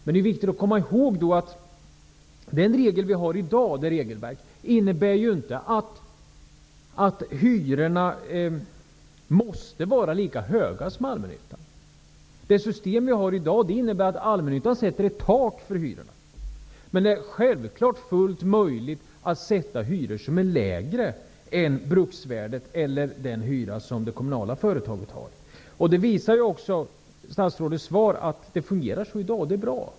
Det är viktigt att komma ihåg att den regel vi har i dag inte innebär att hyrorna måste vara lika höga som hos allmännyttan. Det system vi har i dag innebär att allmännyttan sätter ett tak för hyrorna. Men det är självfallet fullt möjligt att sätta hyror som är lägre än bruksvärdet eller den hyra som det kommunala företaget har. Att det fungerar så i dag visar också statsrådets svar. Det är bra.